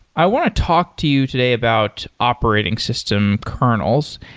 i want to talk to you today about operating system kernels.